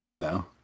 no